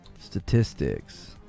Statistics